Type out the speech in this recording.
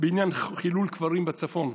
בעניין חילול קברים בצפון.